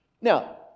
Now